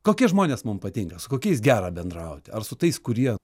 kokie žmonės mum patinka su kokiais gera bendrauti ar su tais kurie